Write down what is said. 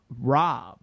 Rob